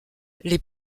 les